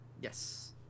Yes